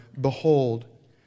Behold